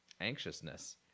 anxiousness